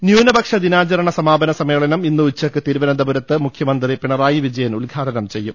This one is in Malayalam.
ന്യൂനപക്ഷ ദിനാചരണ സമാപന സമ്മേളനം ഇന്ന് ഉച്ചയ്ക്ക് തിരുവനന്തപുരത്ത് മുഖ്യമന്ത്രി പിണറായി വിജയൻ ഉദ്ഘാടനം ചെയ്യും